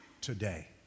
today